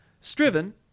Striven